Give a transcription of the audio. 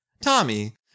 Tommy